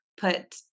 put